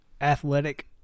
athletic –